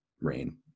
rain